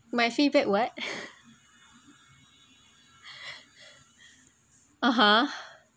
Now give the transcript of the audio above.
my feedback what (uh huh)